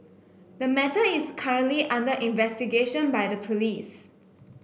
the matter is currently under investigation by the police